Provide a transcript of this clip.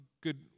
good